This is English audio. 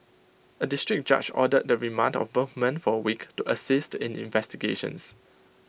A District Judge ordered the remand of both men for A week to assist in investigations